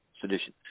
sedition